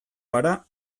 gara